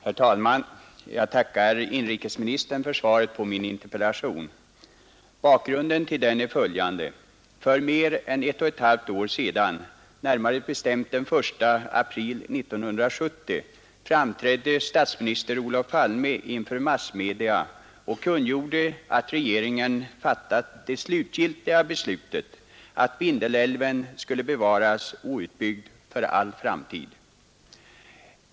Herr talman! Jag tackar inrikesministern för svaret på min interpellation. Bakgrunden till den är följande. För mer än ett och ett halvt år sedan, närmare bestämt den 1 april 1970. framträdde statsminister Olof Palme inför massmedia och kungjorde, att regeringen fattat det slutgiltiga beslutet att Vindelälven skulle bevaras outbyggd för all framtid.